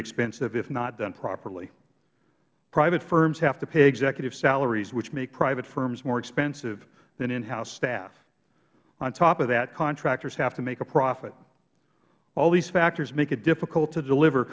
expensive if not done properly private firms have to pay executive salaries which make private firms more expensive than inhouse staff on top of that contractors have to make a profit all these factors make it difficult to deliver